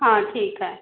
हाँ ठीक है